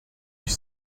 ich